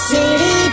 City